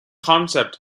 concept